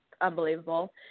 unbelievable